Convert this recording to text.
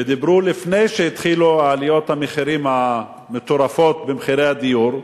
ודיברו לפני שהתחילו עליות המחירים המטורפות במחירי הדיור,